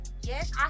Yes